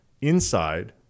inside